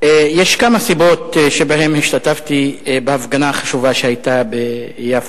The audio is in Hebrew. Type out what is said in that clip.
יש כמה סיבות שבגללן השתתפתי בהפגנה החשובה שהיתה ביפו: